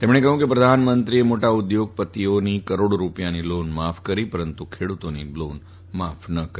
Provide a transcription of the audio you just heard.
તેમણે કહ્યું કે પ્રધાનમંત્રીએ મોટા ઉદ્યોગપતિઓની કરોડો રૂપિયાની લોન માફ કરી દીધી પરંતુ ખેડૂતોની લોન માફ ના કરી